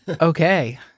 Okay